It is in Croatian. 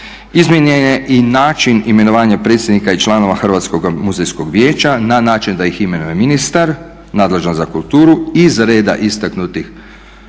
Izmijenjen je i način imenovanja predsjednika i članova Hrvatskoga muzejskog vijeća na način da ih imenuje ministar nadležan za kulturu iz reda istaknutih